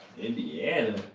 Indiana